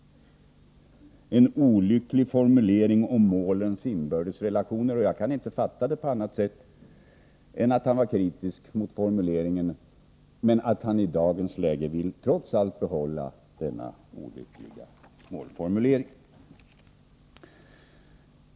En ”olycklig formulering om målens inbördes relationer”, sade han alltså. Jag kan inte fatta detta på annat sätt än att han var kritisk mot formuleringen men att han i dagens läge trots allt vill behålla denna olyckliga målformulering.